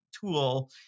tool